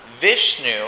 Vishnu